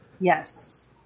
Yes